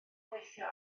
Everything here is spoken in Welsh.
gweithio